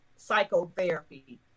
Psychotherapy